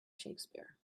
shakespeare